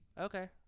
Okay